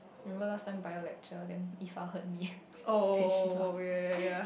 remember last time bio lecture Ifah hurt me then she laugh